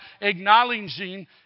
acknowledging